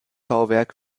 bauwerk